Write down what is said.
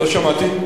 לא שמעתי.